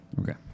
Okay